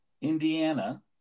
Indiana